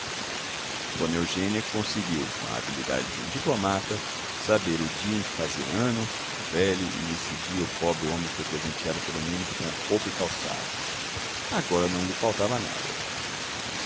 eugênia conseguiu com a habilidade de um diplomata saber o dia em que fazia anos o velho e nesse dia o pobre homem foi presenteado pelos menos com roupa e calçado agora não lhe faltava nada